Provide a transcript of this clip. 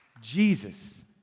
Jesus